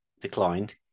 declined